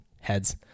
heads